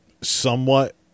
somewhat